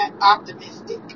optimistic